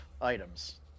items